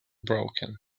broken